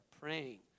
praying